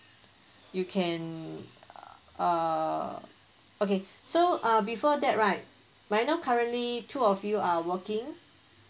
you can err okay so uh before that right may I know currently two of you are working